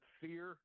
fear